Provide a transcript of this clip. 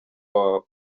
wawe